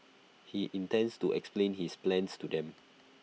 he intends to explain his plans to them